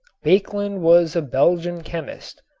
baekeland was a belgian chemist,